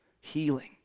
healing